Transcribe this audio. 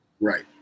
right